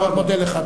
אני מאוד מודה לך.